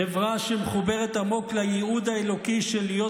חברה שמחוברת עמוק לייעוד האלוקי של להיות